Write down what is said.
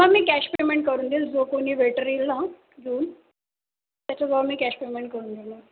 हां मी cash payment करून देईल जो कोणी वेटर येईल ना घेऊन त्याच्याजवळ मी कॅश पेमेंट करून देईन मॅम